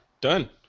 Done